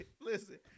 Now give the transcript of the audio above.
listen